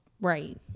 right